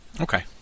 Okay